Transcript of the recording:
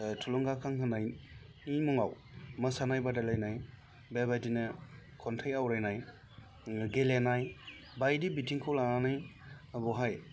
थुलुंगाखां होनायनि मुङाव मोसानाय बादायलायनाय बेबायदिनो खन्थाइ आवरायनाय गेलेनाय बायदि बिथिंखौ लानानै बेहाय